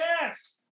Yes